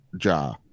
Ja